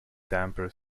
damper